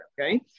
okay